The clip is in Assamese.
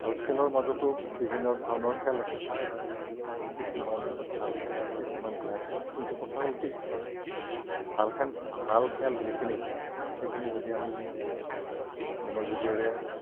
আৰু খেলৰ মাজতো বিভিন্ন ধৰণৰ খেল আছে কিছুমান ভাল খেল কিছুমান বেয়া খেল কিন্তু কথা হ'ল কি ভাল খন ভাল খেল যিখিনি সেইখিনি যদি আমি মনোযোগেৰে